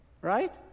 Right